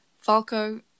Falco